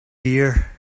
here